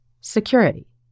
security